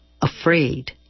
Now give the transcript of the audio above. Afraid